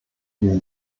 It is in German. diese